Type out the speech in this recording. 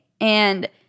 And-